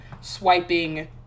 swiping